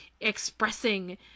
expressing